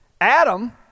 Adam